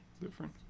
different